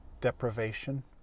deprivation